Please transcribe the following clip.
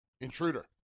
Intruder